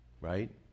right